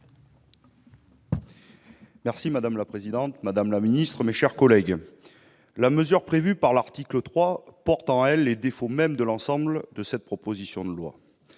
n° 6. Madame la présidente, madame la secrétaire d'État, mes chers collègues, la mesure prévue par l'article 3 porte en elle les défauts de l'ensemble de la proposition de loi.